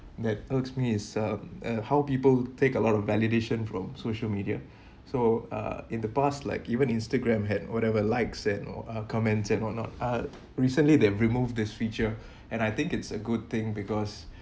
that irks me is uh uh how people take a lot of validation from social media so uh in the past like even instagram had whatever likes and or comments and or not are recently they removed this feature and I think it's a good thing because